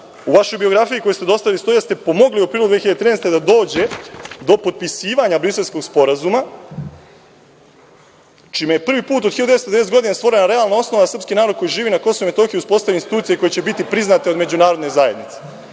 u vašoj biografiji koju ste dostavili stoji da ste pomogli u aprilu 2013. godine da dođe do potpisivanja Briselskog sporazuma, čime je prvi put do 1990. godine stvorena realna osnova da srpski narod koji živi na Kosovu i Metohiji uspostavi institucije koje će biti priznate od međunarodne zajednice.